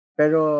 pero